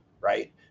right